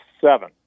seven